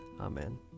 Amen